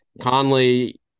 Conley